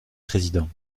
présidents